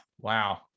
wow